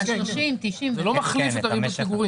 זה לא מחליף את ריבית הפיגורים.